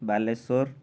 Balasore